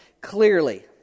clearly